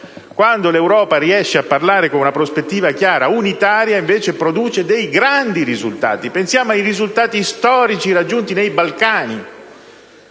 quando l'Europa riesce a parlare con una prospettiva chiara e unitaria produce grandi risultati. Pensiamo ai risultati storici raggiunti nei Balcani.